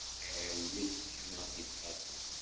and which can not be trusted.